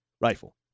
rifle